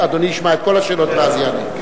אדוני ישמע את כל השאלות ואז יענה.